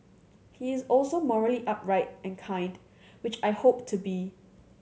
he is also morally upright and kind which I hope to be